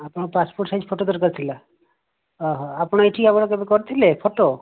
ଆପଣଙ୍କ passport size photo ଦରକାର ଥିଲା ଆପଣ ଏଠି କେବେ ଆଗରୁ କରିଥିଲେ ଫୋଟୋ